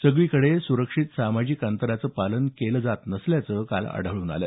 सगळीकडे सुरक्षित सामाजिक अंतराचं पालन केलं नसल्याचं आढळून आलं